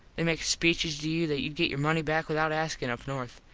they make speeches to you that youd get your money back without askin up north.